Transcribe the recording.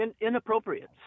Inappropriate